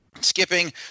Skipping